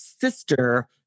sister